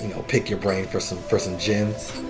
you know pick your brain for some for some gems.